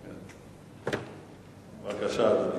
בבקשה, אדוני.